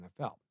NFL